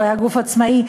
הוא היה גוף עצמאי.